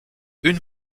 une